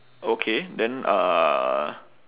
okay then uh